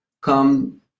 come